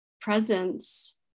presence